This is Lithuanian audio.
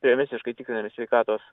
prevenciškai tikrami sveikatos